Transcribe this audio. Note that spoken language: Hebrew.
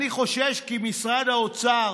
אני חושש כי משרד האוצר,